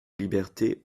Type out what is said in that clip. liberté